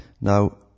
Now